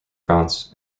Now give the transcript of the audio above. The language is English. france